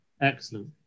Excellent